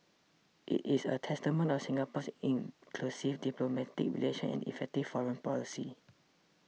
it is a testament of Singapore's inclusive diplomatic relations and effective foreign policy